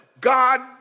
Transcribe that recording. God